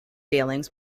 dealings